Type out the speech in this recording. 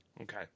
okay